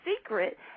Secret